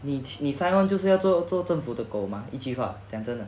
你你 sign on 就是要做做政府的工 mah 一句话讲真的